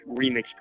remix